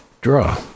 draw